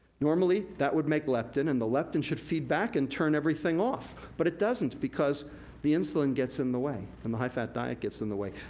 normally, that would make leptin, and the leptin should feed back and turn everything off, but it doesn't, because the insulin gets in the way, and the high fat diet gets in the way.